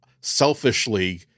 selfishly –